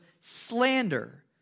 slander